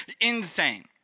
Insane